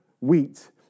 wheat